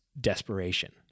desperation